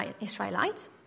Israelite